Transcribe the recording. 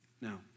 Now